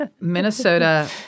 Minnesota